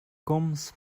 komz